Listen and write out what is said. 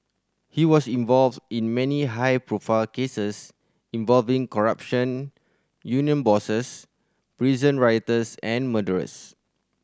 he was involved in many high profile cases involving corrupt union bosses prison rioters and murderers